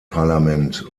parlament